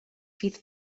fydd